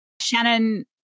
Shannon